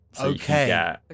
Okay